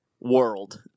world